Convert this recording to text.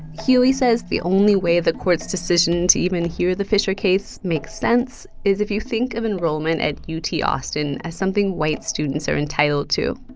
hughey says the only way the court's decision to even hear the fisher case makes sense is if you think of enrollment at ut austin as something white students are entitled to.